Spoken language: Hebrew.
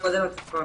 לצפון.